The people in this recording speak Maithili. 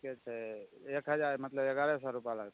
ठीके छै एक हजार मतलब एगारह सए रुपआ लगतै